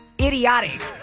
idiotic